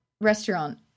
restaurant